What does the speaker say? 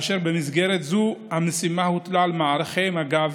ובמסגרת זו המשימה הוטלה על מערכי מג"ב,